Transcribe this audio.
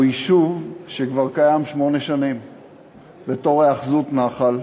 הוא יישוב שכבר קיים שמונה שנים בתור היאחזות נח"ל,